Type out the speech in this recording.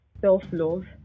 self-love